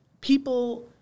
people